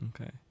Okay